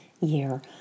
year